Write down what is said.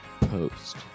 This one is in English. Post